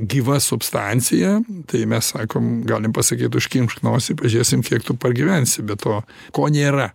gyva substancija tai mes sakom galim pasakyt užkimšk nosį pažiūrėsim kiek tu pagyvensi be to ko nėra